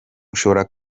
ushobora